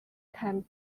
can